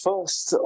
First